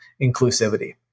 inclusivity